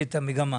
המגמה.